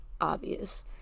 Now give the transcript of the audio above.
obvious